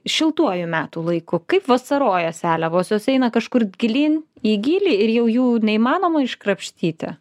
šiltuoju metų laiku kaip vasaroja seliavos jos eina kažkur gilyn į gylį ir jau jų neįmanoma iškrapštyti